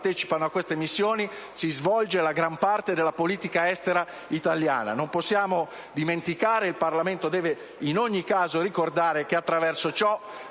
a tali missioni si svolge la gran parte della politica estera italiana. Non possiamo dimenticare, e il Parlamento deve in ogni caso ricordare, che si